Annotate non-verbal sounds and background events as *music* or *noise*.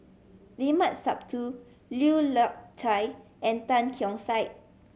Limat Sabtu Lui *unintelligible* and Tan Keong Saik